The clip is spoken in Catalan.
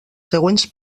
següents